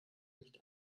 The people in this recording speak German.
nicht